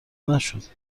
نشد